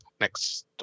next